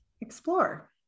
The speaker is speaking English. explore